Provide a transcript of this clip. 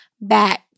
back